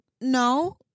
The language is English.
no